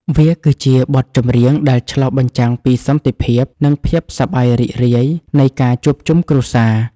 វាគឺជាបទចម្រៀងដែលឆ្លុះបញ្ចាំងពីសន្តិភាព និងភាពសប្បាយរីករាយនៃការជួបជុំគ្រួសារ។